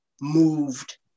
moved